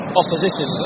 opposition